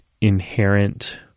inherent